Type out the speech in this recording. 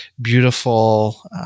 beautiful